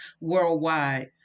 worldwide